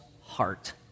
heart